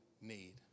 need